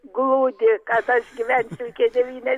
glūdi kad aš gyvensiu iki devynia